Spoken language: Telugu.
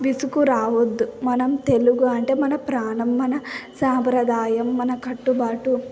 విసుకు రావద్దు మనం తెలుగు అంటే మన ప్రాణం మన సాంప్రదాయం మన కట్టుబాటు